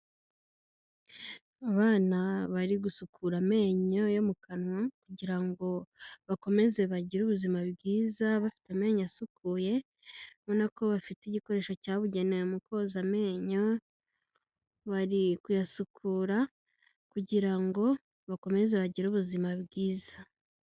Abana bari gusukura amenyo yo mu kanwa kugira ngo bakomeze bagire ubuzima bwiza bafite amenyo asukuye, urabona ko bafite igikoresho cyabugenewe mu koza amenyo, bari kuyasukura kugira ngo bakomeze bagire ubuzima bwiza.